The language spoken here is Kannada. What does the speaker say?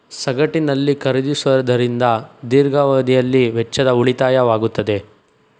ಸಗಟಿನಲ್ಲಿ ಖರೀದಿಸುವದರಿಂದ ದೀರ್ಘಾವಧಿಯಲ್ಲಿ ವೆಚ್ಚದ ಉಳಿತಾಯವಾಗುತ್ತದೆ